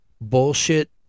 bullshit